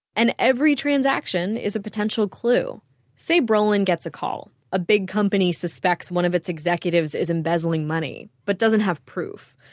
and every transaction is a potential clue say brolin gets a call. a big company suspects one of its executives is embezzling money, but doesn't have the proof.